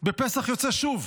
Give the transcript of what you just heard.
בפסח יוצא שוב.